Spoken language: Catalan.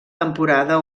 temporada